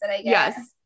yes